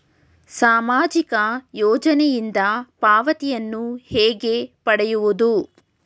ಸಾಮಾಜಿಕ ಯೋಜನೆಯಿಂದ ಪಾವತಿಯನ್ನು ಹೇಗೆ ಪಡೆಯುವುದು?